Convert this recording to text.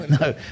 No